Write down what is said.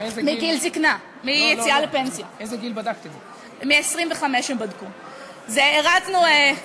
אלפי ורבבות אזרחי ישראל לוקחים בדל אמצעיהם